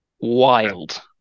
wild